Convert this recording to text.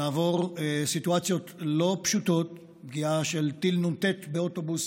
לעבור סיטואציות לא פשוטות: פגיעה של טיל נ"ט באוטובוס